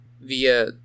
via